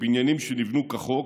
בניינים שנבנו בחוק,